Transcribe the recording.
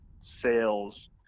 sales